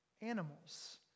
animals